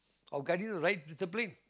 of guiding the right discipline